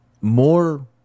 More